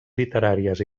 literàries